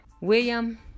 William